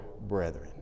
brethren